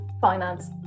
finance